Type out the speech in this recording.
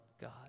God